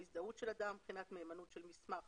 הזדהות של אדם, בחינת מהימנות של מסמך